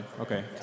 Okay